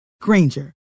Granger